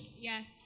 Yes